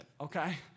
okay